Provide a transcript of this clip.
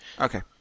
Okay